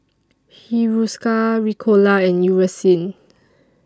Hiruscar Ricola and Eucerin